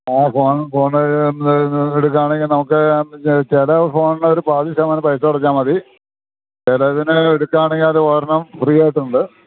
ആ phone phone എടുക്കുകയാണെങ്കില് നമുക്ക് ചില ഫോണിനു പാതി ശതമാനം പൈസ അടച്ചാല് മതി ചിലതിന് എടുക്കുകയാണെങ്കില് അത് ഒരെണ്ണം ഫ്രീയായിട്ടുണ്ട്